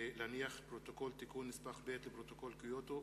להניח פרוטוקול תיקון נספח ב' לפרוטוקול קיוטו